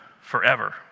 forever